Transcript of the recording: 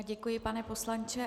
Děkuji, pane poslanče.